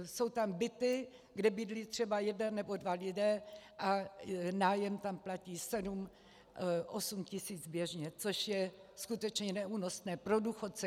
Jsou tam byty, kde bydlí třeba jeden nebo dva lidé a nájem tam platí sedm osm tisíc běžně, což je skutečně neúnosné pro důchodce.